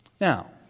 Now